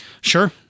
sure